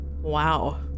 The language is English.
Wow